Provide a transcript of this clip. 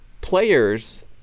players